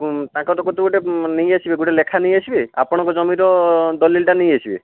କୁ କାଗଜପତ୍ର ଗୋଟେ ନେଇଆସିବେ ଗୋଟେ ଲେଖା ନେଇଆସିବେ ଆପଣଙ୍କ ଜମିର ଦଲିଲ୍ ଟା ନେଇଆସିବେ